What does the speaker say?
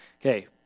Okay